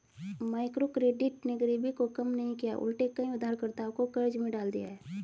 microcredit ने गरीबी को कम नहीं किया उलटे कई उधारकर्ताओं को कर्ज में डाल दिया है